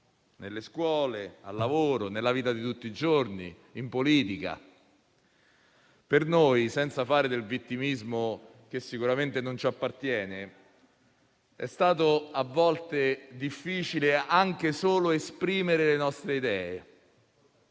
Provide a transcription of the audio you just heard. nelle scuole, al lavoro, nella vita di tutti i giorni e in politica. Per noi, senza fare del vittimismo che sicuramente non ci appartiene, a volte è stato difficile anche solo esprimere le nostre idee.